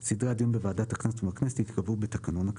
סדרי הדיון בוועדת הכנסת ובכנסת ייקבעו בתקנון.